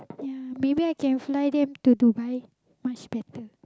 yeah maybe I can fly them to Dubai much better